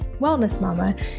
wellnessmama